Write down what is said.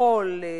מחול,